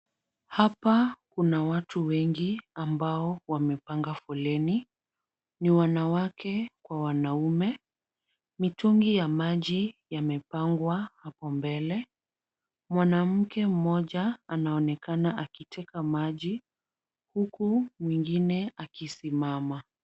Hapa, kuna watu wengi ambao wamepanga foleni, ni wanawake kwa wanaume. Mitungi ya maji yamepangwa hapo mbele. Mwanamke mmoja anaonekana akiteka maji huku mwingine akisimama.